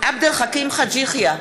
עבד אל חכים חאג' יחיא,